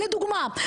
לדוגמה,